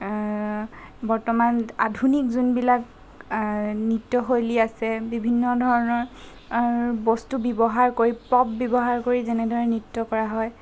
বৰ্তমান আধুনিক যোবিলাক নৃত্যশৈলী আছে বিভিন্ন ধৰণৰ বস্তু ব্যৱহাৰ কৰি প্ৰপ ব্যৱহাৰ কৰি যেনেদৰে নৃত্য কৰা হয়